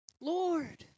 Lord